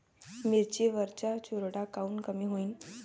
मिरची वरचा चुरडा कायनं कमी होईन?